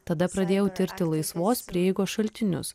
tada pradėjau tirti laisvos prieigos šaltinius